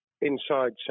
inside